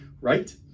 right